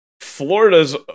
Florida's